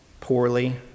poorly